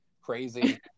crazy